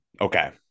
Okay